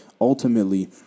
ultimately